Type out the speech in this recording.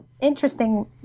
interesting